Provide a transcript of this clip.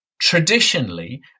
traditionally